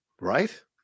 Right